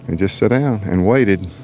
and just sat down and waited